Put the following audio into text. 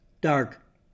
dark